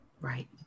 Right